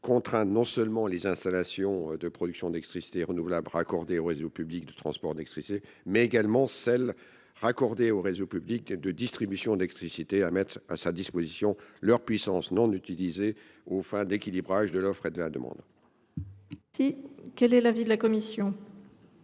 contraindre non seulement les installations de production d’électricité renouvelable raccordées au réseau public de transport d’électricité, mais également celles qui sont raccordées au réseau public de distribution d’électricité, à mettre à sa disposition leur puissance non utilisée aux fins d’équilibrage de l’offre et de la demande. Quel est l’avis de la commission ?